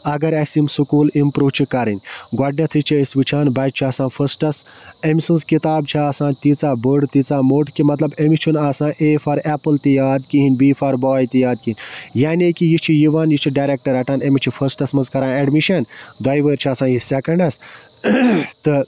اَگر اَسہِ یِم سُکوٗل اِمپروٗ چھِ کَرٕنۍ گۄڈٕنٮ۪تھٕے چھِ أسۍ وٕچھان بَچہٕ چھُ آسان فٔسٹَس أمۍ سٕنٛز کِتاب چھِ آسان تیٖژاہ بٔڑ بیٖژاہ موٚٹ کہِ مطلب أمِس چھُنہٕ آسان اے فار اٮ۪پٕل تہِ یاد کِہیٖنۍ بی فار باے تہِ یاد کِہیٖنۍ یعنی کہِ یہِ چھِ یِوان یہِ چھِ ڈٮ۪رکٹ رَٹان أمِس چھِ فٔسٹَس منٛز کران اٮ۪ڈمِشَن دۄیہِ وٕہٕرۍ چھِ آسان یہِ سٮ۪کَنڈَس تہٕ